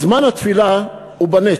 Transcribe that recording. זמן התפילה הוא ב"הנץ",